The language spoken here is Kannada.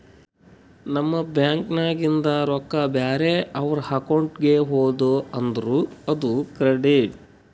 ನಮ್ ಬ್ಯಾಂಕ್ ನಾಗಿಂದ್ ರೊಕ್ಕಾ ಬ್ಯಾರೆ ಅವ್ರ ಅಕೌಂಟ್ಗ ಹೋದು ಅಂದುರ್ ಅದು ಕ್ರೆಡಿಟ್